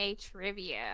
trivia